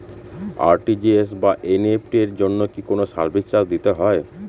RTGS বা NEFT এর জন্য কি কোনো সার্ভিস চার্জ দিতে হয়?